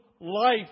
life